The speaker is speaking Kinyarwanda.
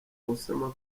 gusama